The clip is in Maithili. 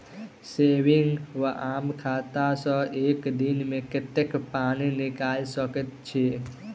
सेविंग वा आम खाता सँ एक दिनमे कतेक पानि निकाइल सकैत छी?